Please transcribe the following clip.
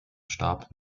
starb